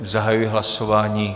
Zahajuji hlasování.